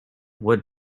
would